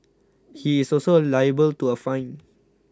he is also liable to a fine